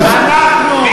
אנחנו.